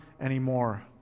anymore